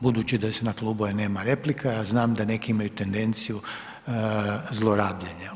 Budući da se na klubove nema replika ja znam da neki imaju tendenciju zlorabljenja.